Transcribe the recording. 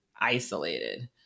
isolated